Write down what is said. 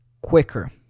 quicker